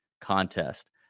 contest